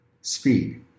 Speed